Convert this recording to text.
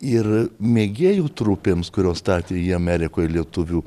ir mėgėjų trupėms kurios statė jį amerikoj lietuvių